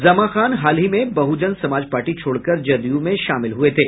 ज़मा ख़ान हाल ही मे बहुजन समाज पार्टी छोड़कर जदयू में शामिल हुए थे